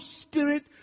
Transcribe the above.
spirit